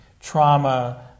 trauma